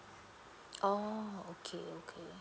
oh okay okay